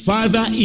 Father